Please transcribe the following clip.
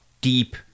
deep